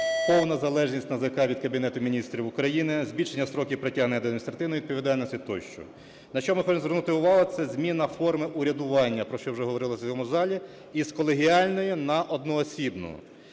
повну залежність НАЗК від Кабінету Міністрів України, збільшення строків притягнення до адміністративної відповідальності тощо. На чому хочу звернути увагу – це зміна форми урядування, про що вже говорилось в цьому залі, з колегіальної на одноосібну.